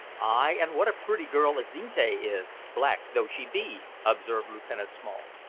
ay, and what a pretty girl azinte is, black though she be, observed lieutenant small.